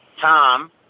Tom